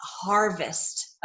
harvest